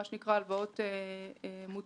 מה שנקרא הלוואות מותאמות,